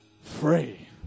free